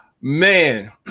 man